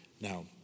Now